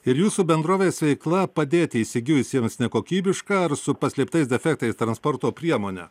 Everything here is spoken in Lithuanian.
ir jūsų bendrovės veikla padėti įsigijusiems nekokybišką ar su paslėptais defektais transporto priemonę